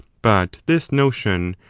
but this notion,